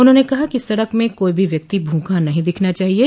उन्होंने कहा कि सड़क में कोई भी व्यक्ति भूखा नहीं दिखना चाहिये